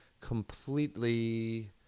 completely